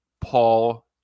Paul